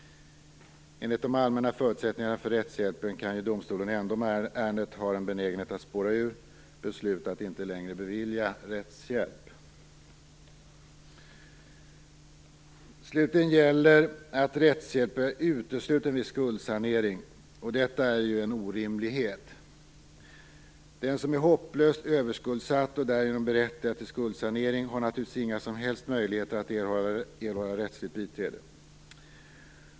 Enligt de allmänna förutsättningarna för rättshjälpen kan domstolen ändå, om ärendet har en benägenhet att spåra ur, besluta att inte längre bevilja rättshjälp. Slutligen gäller att rättshjälp är utesluten vid skuldsanering. Detta är en orimlighet. Den som är hopplöst överskuldsatt och därigenom berättigad till skuldsanering har naturligtvis inga som helst möjligheter att erhålla rättsligt biträde.